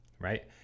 right